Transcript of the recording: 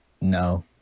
No